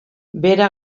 bera